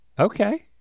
Okay